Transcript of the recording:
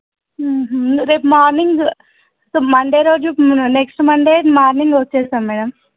రేపు morning so Monday రోజు next Monday morning వచ్చేస్తాం మ్యాడం